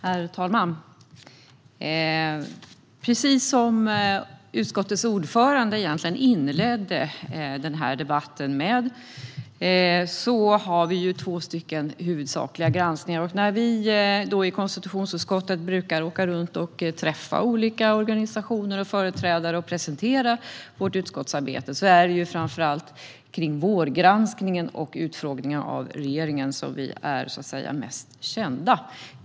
Herr talman! Precis som utskottets ordförande inledde den här debatten med har vi två huvudsakliga granskningar. Vi i konstitutionsutskottet brukar åka runt och träffa olika organisationer och företrädare och presentera vårt utskottsarbete. Det är då framför allt vårgranskningen och utfrågningen av regeringen som vi är mest kända för.